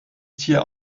tier